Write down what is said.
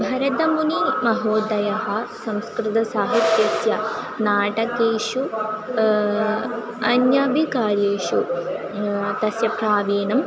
भरतमुनि महोदयः संस्कृतसाहित्यस्य नाटकेषु अन्यमपि कार्येषु तस्य प्राविण्यं